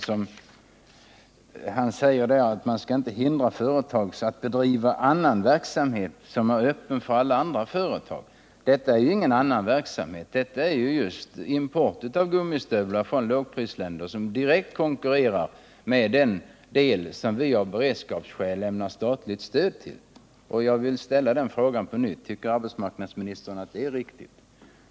Arbetsmarknadsministern säger att man inte skall hindra företag att bedriva annan verksamhet som är öppen för alla andra företag. Detta är ju ingen annan verksamhet. Det gäller här import av gummistövlar från lågprisländer vilka direkt konkurrerar med den del som vi av beredskapsskäl lämnar statligt stöd till. Jag vill på nytt fråga: Anser arbetsmarknadsministern att detta är riktigt?